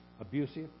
abusive